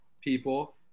people